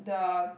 the